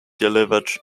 delivered